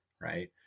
Right